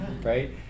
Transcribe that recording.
right